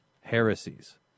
heresies